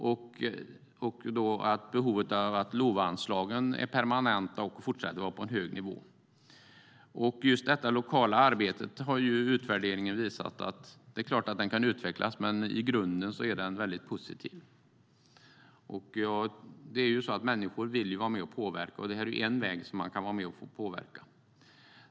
Det handlar om att behovet av att LOVA-anslagen ska fortsätta att vara permanenta och på en hög nivå. Utvärderingen har visat att det lokala arbetet kan utvecklas, men utvecklingen är positiv i grunden. Människor vill vara med och påverka, och lokalt arbete är en väg för att vara med och påverka.